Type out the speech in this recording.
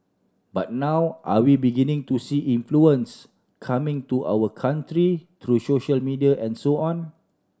but now are we beginning to see influence coming to our country through social media and so on